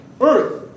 earth